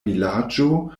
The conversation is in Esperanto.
vilaĝo